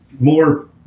more